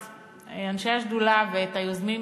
את אנשי השדולה ואת היוזמים